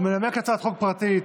הוא מנמק הצעת חוק פרטית.